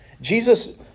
Jesus